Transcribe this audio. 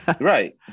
Right